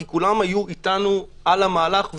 כי כולם היו איתנו על המהלך,